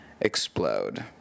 explode